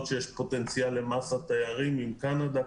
שיש פוטנציאל למאסת תיירים מהן: קנדה,